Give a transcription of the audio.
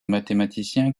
mathématicien